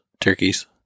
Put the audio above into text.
turkeys